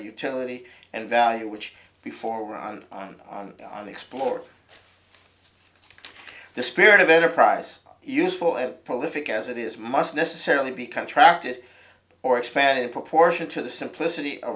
utility and value which before one on the explore the spirit of enterprise useful as prolific as it is must necessarily be contracted or expanded in proportion to the simplicity